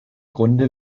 grunde